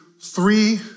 three